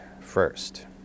first